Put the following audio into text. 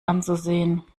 anzusehen